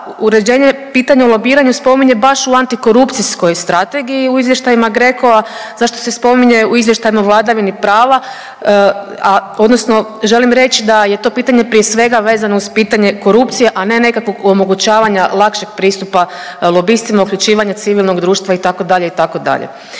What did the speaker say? uređenje pitanje o lobiranju spominje baš u antikorupcijskoj strategiji u izvještajima GRECO-a, zašto se spominje u izvještajima o vladavini prava, odnosno želim reći da je to pitanje prije svega vezano uz pitanje korupcije a ne nekakvog omogućavanja lakšeg pristupa lobistima, uključivanje civilnog društva itd. itd.